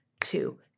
two